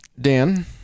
dan